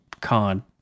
con